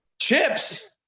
chips